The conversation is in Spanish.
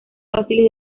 fáciles